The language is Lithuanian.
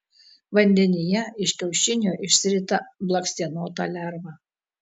vandenyje iš kiaušinio išsirita blakstienota lerva